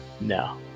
No